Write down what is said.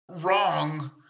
wrong